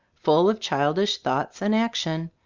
full of childish thoughts and action,